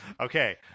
Okay